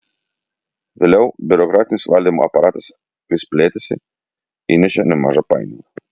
vėliau biurokratinis valdymo aparatas vis plėtėsi įnešė nemažą painiavą